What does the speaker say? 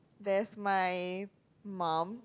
there's my mum